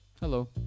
Hello